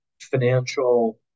financial